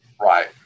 right